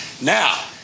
Now